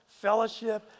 fellowship